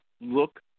look